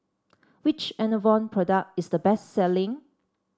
which Enervon product is the best selling